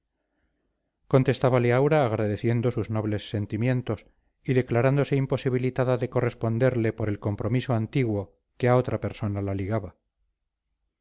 contestábale aura agradeciendo sus nobles sentimientos y declarándose imposibilitada de corresponderle por el compromiso antiguo que a otra persona la ligaba